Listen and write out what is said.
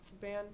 band